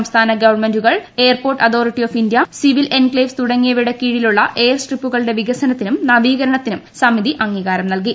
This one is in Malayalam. സംസ്ഥാന ഗവൺമെന്റുകൾ airport authority of India civil enclaves തുടങ്ങിയവയുടെ കീഴിലുള്ള എയർസ്ട്രിപ്പുകൾ എന്നിവയുടെ വികസനത്തിനും നവീകരണത്തിനും സമിതി അംഗികാരം നൽകി